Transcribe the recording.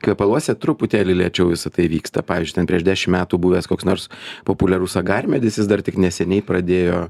kvepaluose truputėlį lėčiau visa tai vyksta pavyzdžiui ten prieš dešim metų buvęs koks nors populiarus agarmedis jis dar tik neseniai pradėjo